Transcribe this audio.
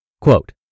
Quote